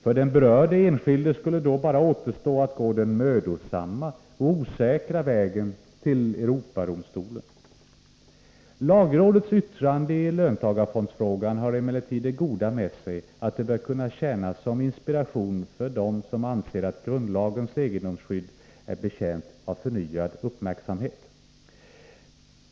För den berörde enskilde skulle då bara återstå att gå den mödosamma och osäkra vägen till Europadomstolen. Lagrådets yttrande i löntagarfondsfrågan har emellertid det goda med sig att det bör kunna tjäna såsom inspiration för dem som anser att grundlagens egendomsskydd är betjänt av förnyad uppmärksamhet.